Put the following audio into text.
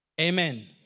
Amen